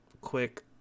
quick